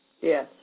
Yes